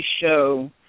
show